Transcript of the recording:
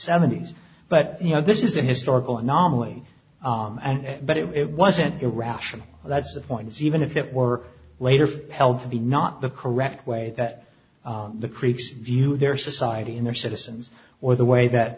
seventies but you know this is a historical anomaly and but it wasn't irrational that's the point is even if it were later for held to be not the correct way that the creeps view their society and their citizens or the way that